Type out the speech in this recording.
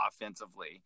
offensively